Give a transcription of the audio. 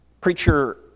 Preacher